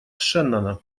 шеннона